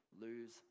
lose